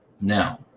now